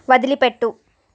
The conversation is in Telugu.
వదిలిపెట్టు